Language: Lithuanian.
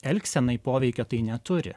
elgsenai poveikio tai neturi